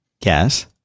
Yes